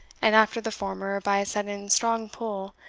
and after the former, by a sudden strong pull,